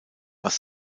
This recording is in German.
was